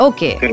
Okay